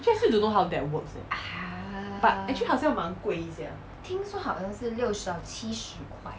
actually I still don't know how that works leh but actually 好像蛮贵一下 man gui yi xia